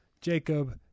Jacob